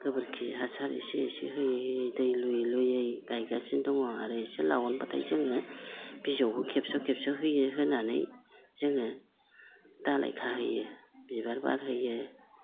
गोबोरखि हासार एसे एसे होयै होयै दै लुयै लुयै गायगासिनो दङ आरो एसे लावब्लाथाय जोङो बिजौखौ खेबस' खेबस' होयो होनानै जोङो दालाइ खाहोयो बिबार बारहोयो